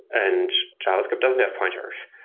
and javascript doesn't have pointers.